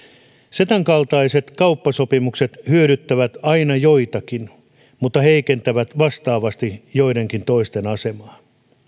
cetan kaltaiset kauppasopimukset hyödyttävät aina joitakin mutta heikentävät vastaavasti joidenkin toisten asemaa